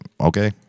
Okay